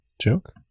joke